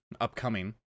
upcoming